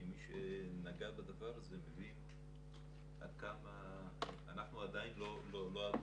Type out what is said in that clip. כמי שנגע בדבר הזה אני מבין עד כמה אנחנו עדיין לא ערוכים.